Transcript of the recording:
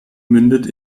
mündet